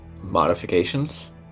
Modifications